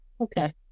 Okay